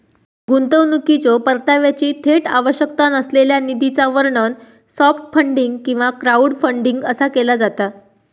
गुंतवणुकीच्यो परताव्याची थेट आवश्यकता नसलेल्या निधीचा वर्णन सॉफ्ट फंडिंग किंवा क्राऊडफंडिंग असा केला जाता